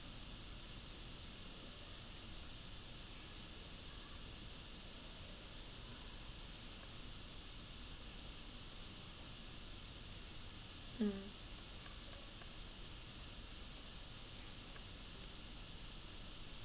mm